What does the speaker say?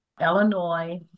Illinois